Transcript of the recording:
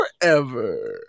forever